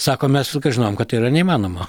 sako mes žinojom kad tai yra neįmanoma